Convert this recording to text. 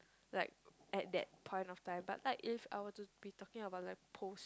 like at that point of time but like if I were to be talking about like psot